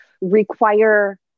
require